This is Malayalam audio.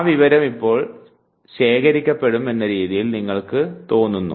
ആ വിവരം ഇപ്പോൾ ശേഖരിക്കപ്പെടും എന്ന രീതിയിലാണ് നിങ്ങൾക്ക് തോന്നുക